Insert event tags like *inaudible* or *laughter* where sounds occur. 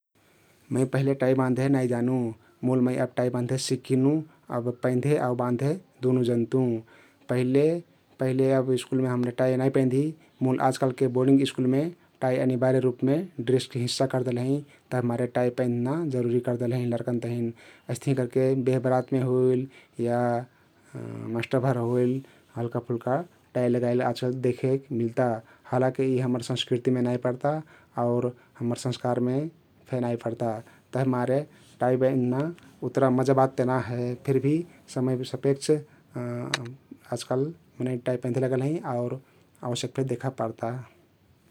मै पहिले टाई बाँधे नाइ जानु मुल मै अब टाई बाँधे सिखगिनु अब पैंधे आउ बाँधे दुनु जन्तु । पहिले पहिले अब स्कुलमे हम्रे टाई नाई पैधी मुल आजकलके बोर्डिङ्ग स्कुलमे टाई अनिबार्य ड्रेसके हिंस्सा करदेहले हँइ तभिमारे टाई पैंधना जरुरी करदेहले हँइ लरकन तहिन । अइस्तहीं करके वेह बरातमे होइल या *hesitation* मास्टर भर होइल हल्का फुल्का टाई लगाइल आजकाल देखे मिल्ता । हालाकी यी हम्मर सँसकृतीमे नाई पर्ता आउर हम्मर सँस्कारमे फे नाई पर्ता तभिमारे टाई पैंधना उतरा मजा बात ते ना हे फरभी समय सापेक्ष *hesitation* आजकाल मनै टाई पैंधे लागल हँइ आउ अवश्यक फे देखा पर्ता ।